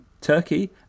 turkey